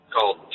called